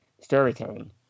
storytelling